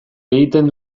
egiten